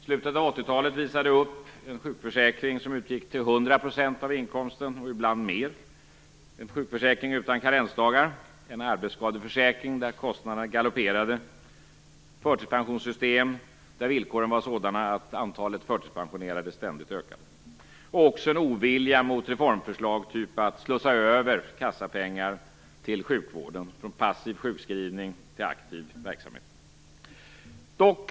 Slutet av 80-talet uppvisade en sjukförsäkring som uppgick till 100 % av inkomsten och ibland mer, en sjukförsäkring utan karensdagar, en arbetsskadeförsäkring där kostnaderna galopperade, ett förtidpensionssystem där villkoren vara sådana att antalet förtidspensionerade ständigt ökade. Det fanns också en motvilja mot reformförslag av typen att slussa över kassapengar till sjukvården, från passiv sjukskrivning till aktiv verksamhet.